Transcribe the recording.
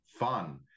Fun